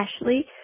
Ashley